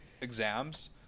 exams